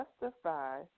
justify